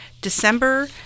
December